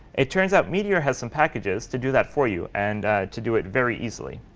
it turns out meteor has some packages to do that for you, and to do it very easily.